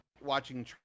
watching